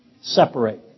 separate